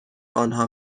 آنها